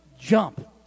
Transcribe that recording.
jump